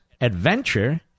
adventure